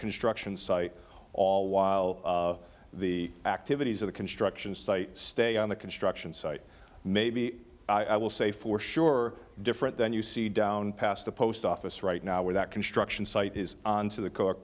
construction site all while the activities of the construction site stay on the construction site may be i will say for sure different than you see down past the post office right now where that construction site is on to the co